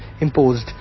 imposed